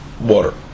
water